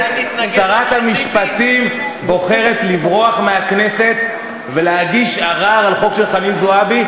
שרת המשפטים בוחרת לברוח מהכנסת ולהגיש ערר על חוק חנין זועבי,